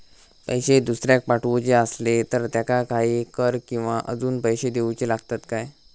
पैशे दुसऱ्याक पाठवूचे आसले तर त्याका काही कर किवा अजून पैशे देऊचे लागतत काय?